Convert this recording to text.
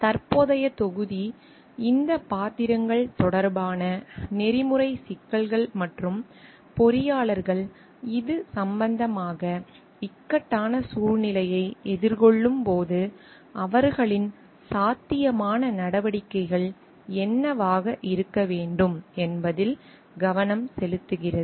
தற்போதைய தொகுதி இந்த பாத்திரங்கள் தொடர்பான நெறிமுறை சிக்கல்கள் மற்றும் பொறியாளர்கள் இது சம்பந்தமாக இக்கட்டான சூழ்நிலையை எதிர்கொள்ளும் போது அவர்களின் சாத்தியமான நடவடிக்கைகள் என்னவாக இருக்க வேண்டும் என்பதில் கவனம் செலுத்துகிறது